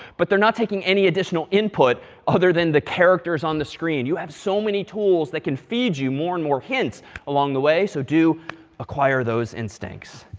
but they're not taking any additional input other than the characters on the screen. you have so many tools that can feed you more and more hints along the way. so do acquire those instincts.